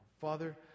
father